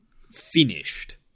finished